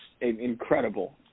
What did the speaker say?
incredible